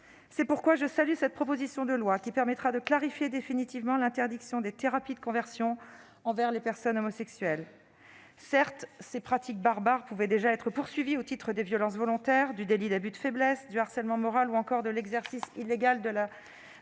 C'est pourquoi je salue cette proposition de loi, qui permettra de clarifier définitivement l'interdiction des thérapies de conversion envers les personnes homosexuelles. Certes, ces pratiques barbares pouvaient déjà être poursuivies au titre des violences volontaires, du délit d'abus de faiblesse, du harcèlement moral ou encore de l'exercice illégal de la